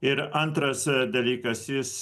ir antras dalykas jis